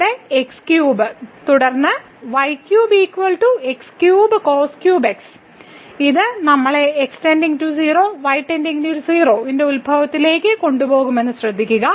ഇവിടെ x3 തുടർന്ന് y3 x3cos3x ഇത് നമ്മളെ x → 0 y → 0 ന്റെ 00 ലേക്ക് കൊണ്ടുപോകുമെന്ന് ശ്രദ്ധിക്കുക